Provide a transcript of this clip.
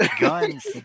guns